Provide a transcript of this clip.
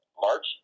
March